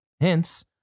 Hence